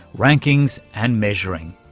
rankings and measuring,